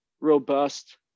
robust